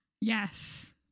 Yes